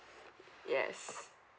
yes